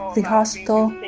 the hospital.